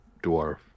dwarf